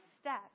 step